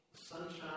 sunshine